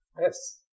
Yes